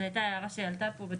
זו הייתה הערה שעלתה פה.